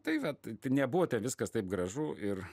tai vat nebuvo te viskas taip gražu ir